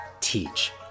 Teach